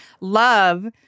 love